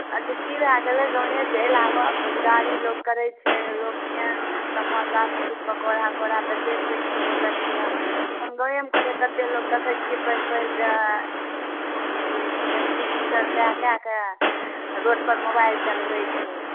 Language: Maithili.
अच्छा की भए गेलै गामे चलि आबह रोजगारी लोग करैत छै लोक केहन समोसा पकोड़ा ओकोड़ा बेचैत छै तूहोँ बेचिहऽ अपन गाँवेमे करीहऽ कतेक लोक देखैत छियै पढ़ि पढ़ि कऽ अथी मैट्रिक इंटर कए कए कऽ आ रोडपर मोबाइल चलबैत छै